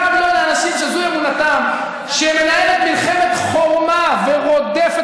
גם לא לאנשים שזו אמונתם; שמנהלת מלחמת חורמה ורודפת